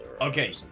Okay